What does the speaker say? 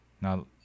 Now